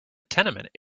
tenement